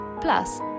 Plus